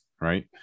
right